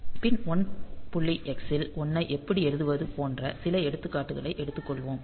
X ல் 1 ஐ எப்படி எழுதுவது போன்ற சில எடுத்துக்காட்டுகளை எடுத்துக்கொள்வோம்